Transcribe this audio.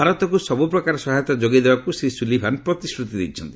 ଭାରତକୁ ସବୁ ପ୍ରକାର ସହାୟତା ଯୋଗାଇ ଦେବାକୁ ଶ୍ରୀ ସୁଲିଭାନ୍ ପ୍ରତିଶ୍ରତି ଦେଇଛନ୍ତି